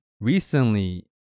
Recently